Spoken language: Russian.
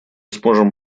сможем